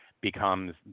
becomes